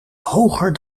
hoger